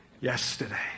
yesterday